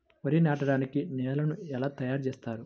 వరి నాటడానికి నేలను ఎలా తయారు చేస్తారు?